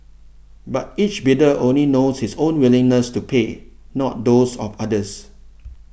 but each bidder only knows his own willingness to pay not those of others